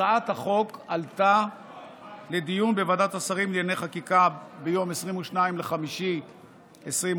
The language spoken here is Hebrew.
הצעת החוק עלתה לדיון בוועדת השרים לענייני חקיקה ביום 22 במאי 2022,